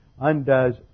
undoes